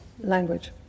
language